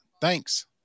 Thanks